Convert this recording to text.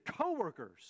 co-workers